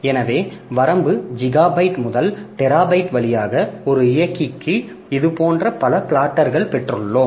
எனவே வரம்பு ஜிகாபைட் முதல் டெராபைட் வழியாக ஒரு இயக்கிக்கு இது போன்ற பல பிளாட்டர்கள் பெற்றுள்ளோம்